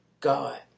God